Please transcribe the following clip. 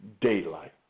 daylight